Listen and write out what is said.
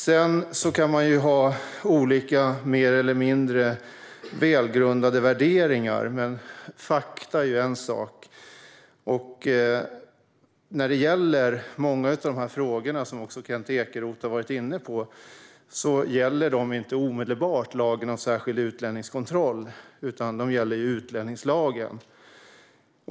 Man kan ha olika mer eller mindre välgrundade värderingar, men fakta är fakta. Många av de frågor som Kent Ekeroth har varit inne på gäller inte omedelbart lagen om särskild utlänningskontroll utan utlänningslagen.